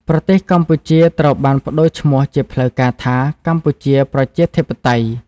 ប្រទេសកម្ពុជាត្រូវបាន ប្តូរឈ្មោះជាផ្លូវការថា កម្ពុជាប្រជាធិបតេយ្យ។